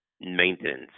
maintenance